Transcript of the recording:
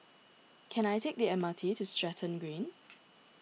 can I take the M R T to Stratton Green